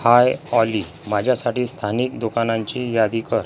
हाय Olly माझ्यासाठी स्थानिक दुकानांची यादी कर